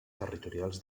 territorials